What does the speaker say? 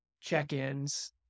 check-ins